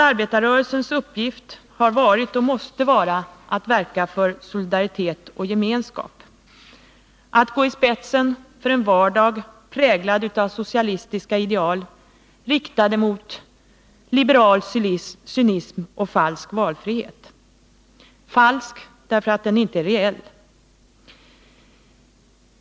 Arbetarrörelsens uppgift har varit och måste vara att verka för solidaritet och gemenskap —att gå i spetsen för en vardag präglad av socialistiska ideal riktade mot liberal cynism och falsk valfrihet, falsk därför att den inte är reell.